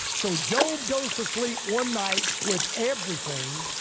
so job goes to sleep one night with everything.